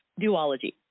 duology